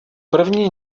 první